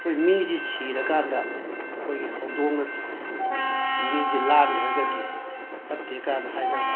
ꯑꯩꯈꯣꯏ ꯃꯤꯁꯤ ꯁꯤꯔꯀꯥꯟꯗ ꯑꯩꯈꯣꯏꯒꯤ ꯍꯧꯗꯣꯡꯅ ꯆꯤ ꯃꯤꯁꯤ ꯂꯥꯟꯈ꯭ꯔꯒꯗꯤ ꯐꯠꯇꯦ ꯀꯥꯏꯅ ꯍꯥꯏꯅꯕ